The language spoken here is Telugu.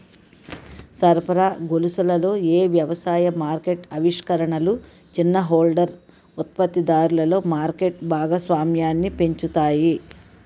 సరఫరా గొలుసులలో ఏ వ్యవసాయ మార్కెట్ ఆవిష్కరణలు చిన్న హోల్డర్ ఉత్పత్తిదారులలో మార్కెట్ భాగస్వామ్యాన్ని పెంచుతాయి?